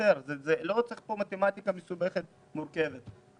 לא צריך כאן מתמטיקה מסובכת ומורכבת.